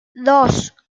dos